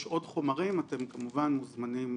יש עוד חומרים, אתם כמובן מוזמנים